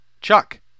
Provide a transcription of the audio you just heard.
Chuck